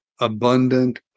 abundant